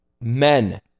Men